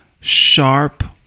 sharp